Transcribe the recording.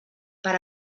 per